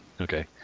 Okay